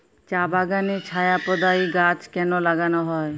চা বাগানে ছায়া প্রদায়ী গাছ কেন লাগানো হয়?